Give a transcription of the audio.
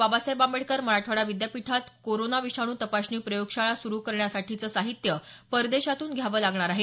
बाबासाहेब आंबेडकर मराठवाडा विद्यापीठात कोरोना विषाणू तपासणी प्रयोगशाळा सुरू करण्यासाठीचं साहित्य परदेशातून घ्यावं लागणार आहे